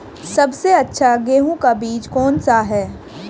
सबसे अच्छा गेहूँ का बीज कौन सा है?